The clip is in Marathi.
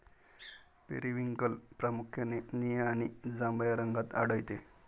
पेरिव्हिंकल प्रामुख्याने निळ्या आणि जांभळ्या रंगात आढळते